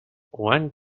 one